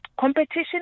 competition